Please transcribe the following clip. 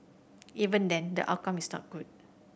even then the outcome is not good